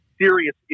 Serious